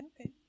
okay